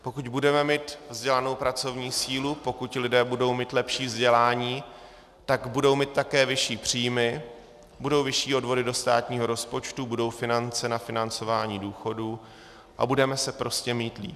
Pokud budeme mít vzdělanou pracovní sílu, pokud lidé budou mít lepší vzdělání, tak budou mít také vyšší příjmy, budou vyšší odvody do státního rozpočtu, budou finance na financování důchodů a budeme se prostě mít líp.